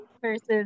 Versus